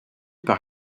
par